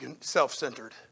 self-centered